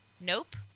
Nope